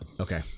Okay